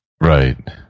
Right